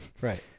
Right